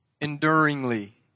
enduringly